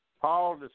Paul